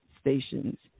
stations